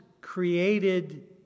created